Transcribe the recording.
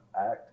act